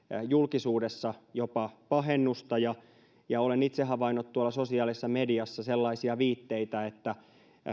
julkisuudessa jopa pahennusta ja ja olen itse havainnut tuolla sosiaalisessa mediassa sellaisia viitteitä että